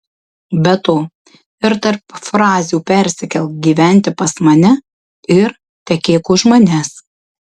be to ir tarp frazių persikelk gyventi pas mane ir tekėk už manęs